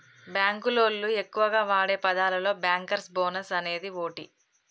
బాంకులోళ్లు ఎక్కువగా వాడే పదాలలో బ్యాంకర్స్ బోనస్ అనేది ఓటి